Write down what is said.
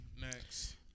next